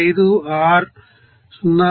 5 r 0